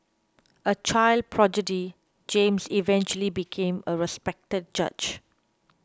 a child prodigy James eventually became a respected judge